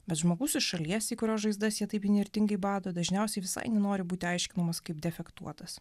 bet žmogus šalies į kurio žaizdas jie taip įnirtingai bado dažniausiai visai nenori būti aiškinamas kaip defektuotas